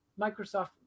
Microsoft